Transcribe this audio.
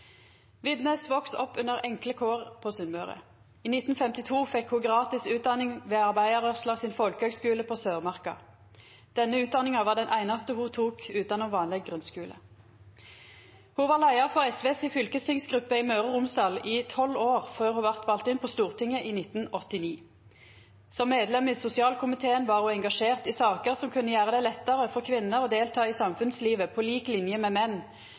Widnes voks opp under enkle kår på Sunnmøre. I 1952 fekk ho gratis utdanning ved arbeidarrørsla sin folkehøgskule på Sørmarka. Denne utdanninga var den einaste ho tok utanom vanleg grunnskule. Ho var leiar for SV si fylkestingsgruppe i Møre og Romsdal i tolv år før ho vart vald inn på Stortinget i 1989. Som medlem i sosialkomiteen var ho engasjert i saker som kunne gjera det lettare for kvinner å delta i samfunnslivet på lik linje med menn,